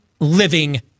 living